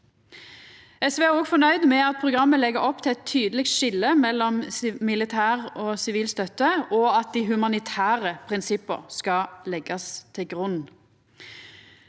SV er òg fornøgd med at programmet legg opp til eit tydeleg skilje mellom militær og sivil støtte, og at dei humanitære prinsippa skal leggjast til grunn.